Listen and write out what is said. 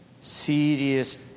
serious